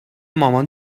مامان